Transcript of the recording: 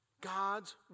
God's